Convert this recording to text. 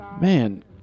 Man